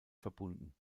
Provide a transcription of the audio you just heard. verbunden